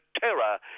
terror